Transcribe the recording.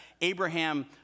Abraham